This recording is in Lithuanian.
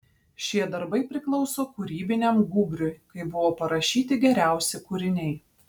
šie darbai priklauso kūrybiniam gūbriui kai buvo parašyti geriausi kūriniai